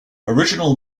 original